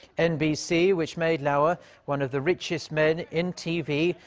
nbc. which made lauer one of the richest men in tv.